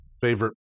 favorite